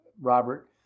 Robert